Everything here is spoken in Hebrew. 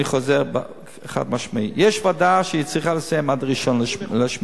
ואני חוזר חד-משמעית: יש ועדה שצריכה לסיים את עבודתה עד 1 באוגוסט.